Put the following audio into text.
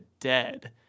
dead